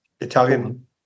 Italian